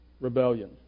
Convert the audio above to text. Rebellion